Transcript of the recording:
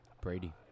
Brady